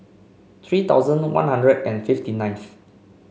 three thousand One Hundred and fifty ninth